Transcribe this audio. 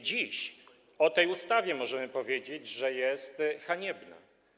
Dzisiaj o tej ustawie możemy powiedzieć, że jest haniebna.